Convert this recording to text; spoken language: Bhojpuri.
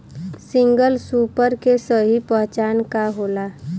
सिंगल सूपर के सही पहचान का होला?